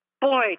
boy